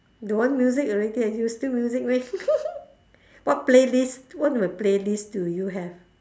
don't want music already you still music meh what playlist what type of playlist do you have